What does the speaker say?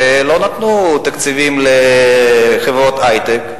שלא נתנו תקציבים לחברות היי-טק,